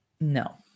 no